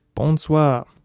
Bonsoir